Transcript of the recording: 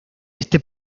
este